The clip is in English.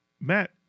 Matt